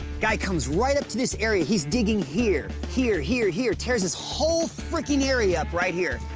guy comes right up to this area. he's digging here, here, here, here tears this whole freaking area up right here,